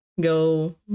go